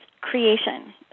creation